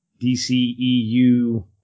DCEU